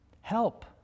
help